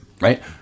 Right